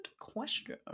question